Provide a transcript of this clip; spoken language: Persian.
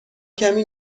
کمی